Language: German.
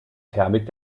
thermik